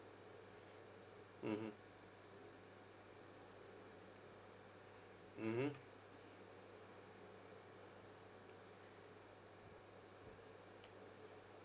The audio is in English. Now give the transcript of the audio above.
mmhmm mmhmm